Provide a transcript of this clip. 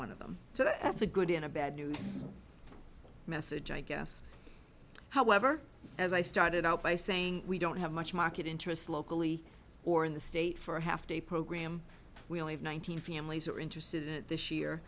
one of them so that's a good in a bad news message i guess however as i started out by saying we don't have much market interest locally or in the state for a half day program we only have one thousand families are interested in it this year